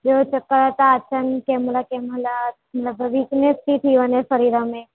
ॿियों चकरु था अचनि कंहिं महिल कंहिं महिल मतलबु वीकनेस थी थी वञे सरीर में